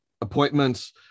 appointments